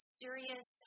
serious